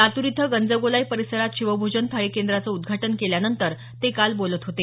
लातूर इथं गंजगोलाई परिसरात शिवभोजन थाळी केंद्राचं उद्घाटन केल्यानंतर ते काल बोलत होते